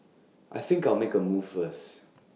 I think I'll make A move first